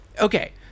okay